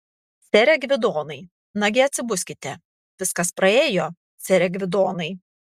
sere gvidonai nagi atsibuskite viskas praėjo sere gvidonai